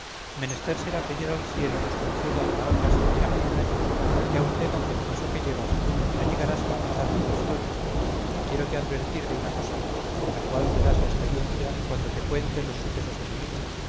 menester será pedir al cielo nos conceda la habla siquiera por un año y aun temo que al paso que llevas no llegarás a la mitad de tu historia y quiérote advertir de una cosa de la cual verás la experiencia cuando te cuente los sucesos de mi vida